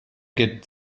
get